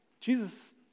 Jesus